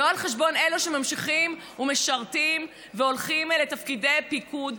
לא על חשבון אלו שממשיכים ומשרתים והולכים לתפקידי פיקוד.